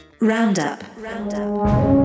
roundup